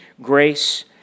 grace